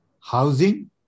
housing